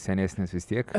senesnis vis tiek